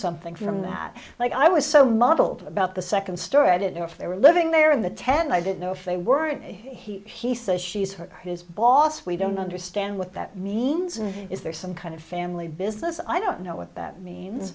something from that like i was so model about the second story i didn't know if they were living there in the ten i didn't know if they weren't he says she's her bourse we don't understand what that means and is there some kind of family business i don't know what that means